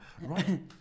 Right